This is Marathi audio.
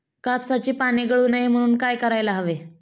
कापसाची पाने गळू नये म्हणून काय करायला हवे?